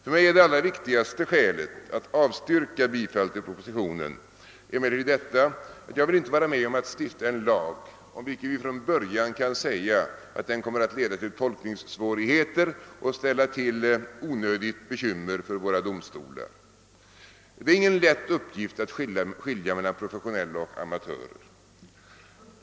För mig är det allra viktigaste skälet att avstyrka bifall till propositionen emellertid att jag inte vill vara med om att stifta en lag, om vilken vi från början kan säga att den kommer att leda till tolkningssvårigheter och ställa till onödigt bekymmer för våra domstolar. Det är inte särskilt lätt att skilja mellan professionella och amatörer.